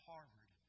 Harvard